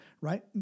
right